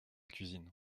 cuisine